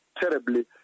terribly